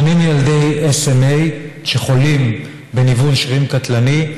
80 ילדי SMA שחולים בניוון שרירים קטלני,